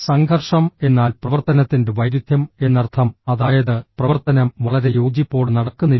സംഘർഷം എന്നാൽ പ്രവർത്തനത്തിൻറെ വൈരുദ്ധ്യം എന്നർത്ഥം അതായത് പ്രവർത്തനം വളരെ യോജിപ്പോടെ നടക്കുന്നില്ല